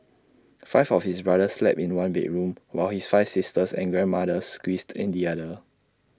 five of his brothers slept in one bedroom while his five sisters and grandmother squeezed in the other